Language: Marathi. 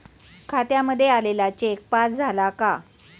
खात्यामध्ये आलेला चेक पास झाला का?